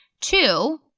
Two